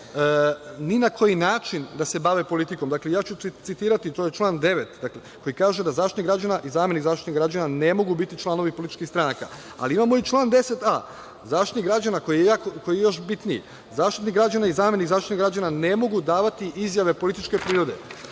ni na koji način da se bave politikom. Dakle, ja ću citirati, to je član 9. koji kaže da Zaštitnik građana i zamenik Zaštitnika građana ne mogu biti članovi političkih stranaka. Imamo i član 10a, koji je još bitniji – Zaštitnik građana i zamenik Zaštitnika građana ne mogu davati izjave političke prirode. Mi